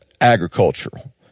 Agricultural